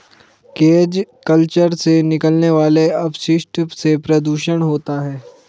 cage culture से निकलने वाले अपशिष्ट से प्रदुषण होता है